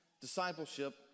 discipleship